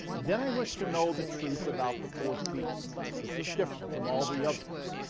then i wished to know the truth about the fourth beast, which was different from all the others,